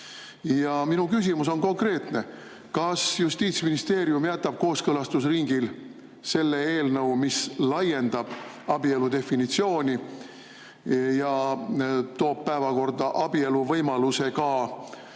Ja minu küsimus on konkreetne. Kas Justiitsministeerium jätab kooskõlastusringil selle eelnõu, mis laiendab abielu definitsiooni ja toob päevakorda abielu võimaluse ka igasuguste